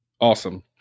Awesome